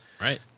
right